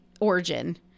Origin